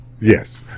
yes